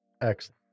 Excellent